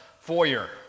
foyer